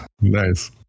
Nice